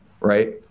right